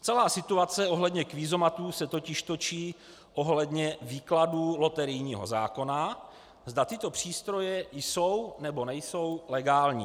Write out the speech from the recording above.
Celá situace ohledně kvízomatů se totiž točí ohledně výkladů loterijního zákona, zda tyto přístroje jsou, nebo nejsou legální.